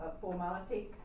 formality